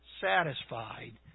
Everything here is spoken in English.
satisfied